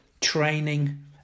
training